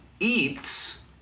eats